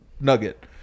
Nugget